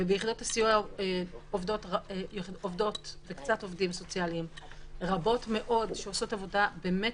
ביחידות הסיוע עובדות וקצת עובדים סוציאליים רבות מאוד שעושות עבודה באמת